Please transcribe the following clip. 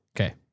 Okay